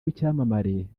w’icyamamare